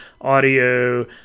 audio